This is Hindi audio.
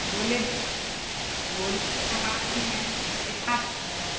बोले बोले समाज में